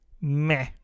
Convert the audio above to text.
meh